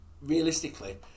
realistically